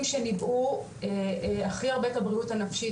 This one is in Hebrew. שניבאו הכי הרבה את הבריאות הנפשית,